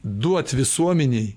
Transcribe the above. duot visuomenei